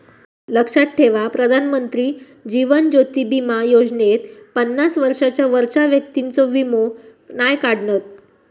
लक्षात ठेवा प्रधानमंत्री जीवन ज्योति बीमा योजनेत पन्नास वर्षांच्या वरच्या व्यक्तिंचो वीमो नाय काढणत